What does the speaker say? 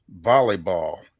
volleyball